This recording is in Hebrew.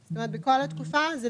זאת טעות.